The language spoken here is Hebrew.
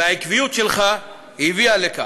והעקביות שלך הביאה לכך.